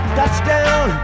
Touchdown